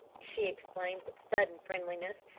she explained with sudden friendliness,